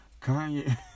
Kanye